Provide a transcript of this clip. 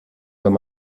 wenn